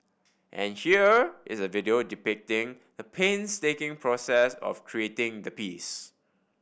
and here is a video depicting the painstaking process of creating the piece